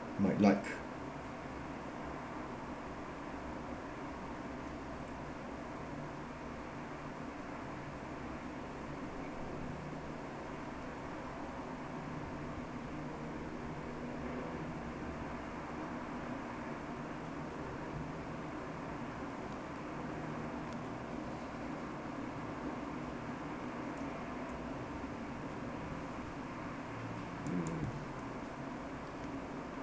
might like